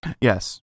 Yes